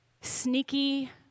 sneaky